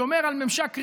שומר על משק רעייה,